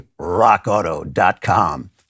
rockauto.com